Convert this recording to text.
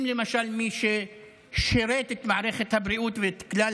אם למשל מי ששירת את מערכת הבריאות ואת כלל